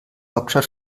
hauptstadt